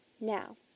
Now